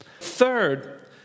Third